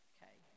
Okay